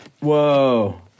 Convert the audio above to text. Whoa